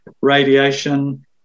radiation